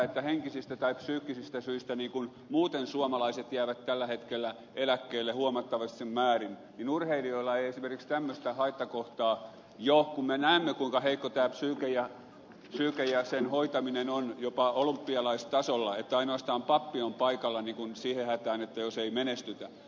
kun henkisistä ja psyykkisistä syistä muuten suomalaiset jäävät tällä hetkellä eläkkeelle huomattavassa määrin niin urheilijoiden kohdalla ei esimerkiksi tämmöistä haittakohtaa ollut käsitelty vaikka me näemme kuinka heikko tämä psyyke ja sen hoitaminen on jopa olympialaistasolla niin että ainoastaan pappi on paikalla niin kuin siihen hätään jos ei menestytä